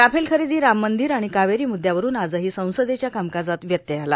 Rafale खरेदी राम मंदीर आणि कावेरी मुद्यावरुन आजही संसदेच्या कामकाजात व्यत्यय आला